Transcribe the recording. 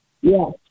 Yes